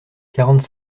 quarante